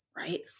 Right